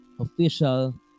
official